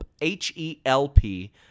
H-E-L-P